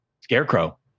Scarecrow